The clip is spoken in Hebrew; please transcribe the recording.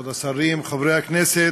כבוד השרים, חברי הכנסת,